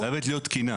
חייבת להיות תקינה.